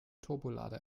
turbolader